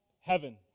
heaven